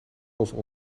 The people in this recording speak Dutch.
over